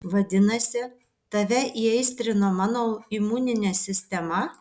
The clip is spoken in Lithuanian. vadinasi tave įaistrino mano imuninė sistema